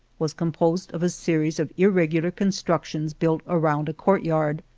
was composed of a series of irregular con structions built around a courtyard.